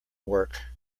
work